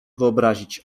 wyobrazić